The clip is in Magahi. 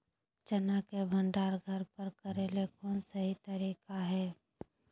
चना के भंडारण घर पर करेले कौन सही तरीका है?